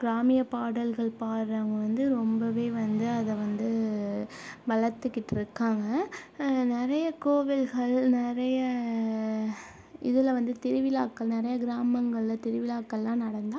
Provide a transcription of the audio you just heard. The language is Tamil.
கிராமிய பாடல்கள் பாடறவுங்க வந்து ரொம்பவே வந்து அதை வந்து வளர்த்துக்கிட்ருக்காங்க நிறைய கோவில்கள் நிறைய இதில் வந்து திருவிழாக்கள் நிறைய கிராமங்களில் திருவிழாக்கள்லாம் நடந்தால்